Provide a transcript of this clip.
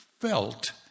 felt